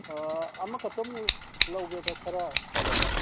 ꯑꯃꯈꯛꯇꯪ ꯂꯧꯒꯦꯗ ꯈꯔ ꯐꯕꯗ